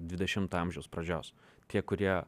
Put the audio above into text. dvidešimto amžiaus pradžios tie kurie